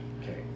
Okay